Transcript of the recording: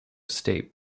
state